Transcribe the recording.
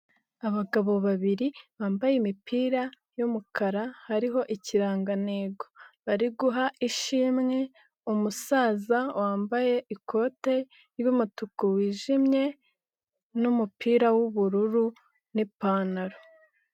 Abagabo babiri bambaye imipira yumukara hariho ikirangantego. Bari guha ishimwe umusaza wambaye ikote ry'umutuku wijimye n'umupira w'ubururu n'ipantaro.